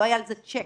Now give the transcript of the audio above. לא היה על זה צ'ק.